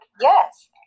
Yes